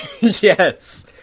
Yes